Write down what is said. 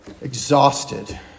exhausted